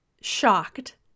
shocked